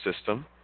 system